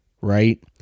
right